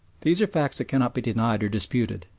these are facts that cannot be denied or disputed.